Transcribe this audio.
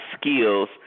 skills